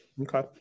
Okay